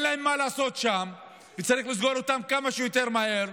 להם מה לעשות שם וצריך לסגור אותם כמה שיותר מהר,